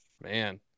man